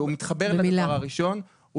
שמתחבר לדבר הראשון,